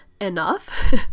enough